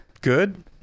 good